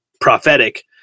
prophetic